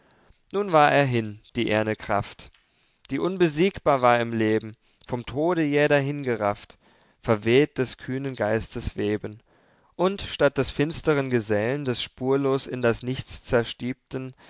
nun war er hin die eh'rne kraft die unbesiegbar war im leben vom tode jäh dahingerafft verweht des kühnen geistes weben und statt des finsteren gesell'n des spurlos in das nichts